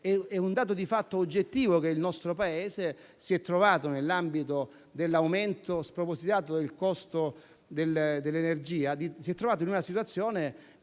è un dato di fatto oggettivo che il nostro Paese, nell'ambito dell'aumento spropositato del costo dell'energia, si è trovato in una situazione